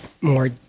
more